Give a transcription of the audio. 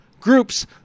groups